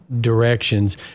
directions